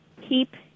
keep